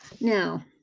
Now